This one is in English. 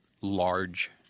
large